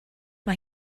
mae